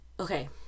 Okay